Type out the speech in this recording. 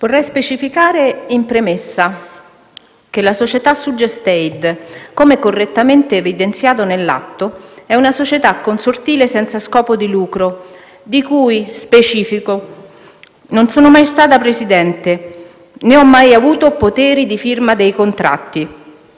vorrei specificare in premessa che la SudGest Aid, come correttamente evidenziato nell'atto, è una società consortile senza scopo di lucro di cui - lo specifico - non sono mai stata presidente e nella quale non ho mai avuto potere di firma dei contratti,